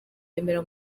remera